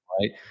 right